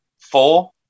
four